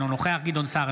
אינו נוכח גדעון סער,